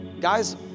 guys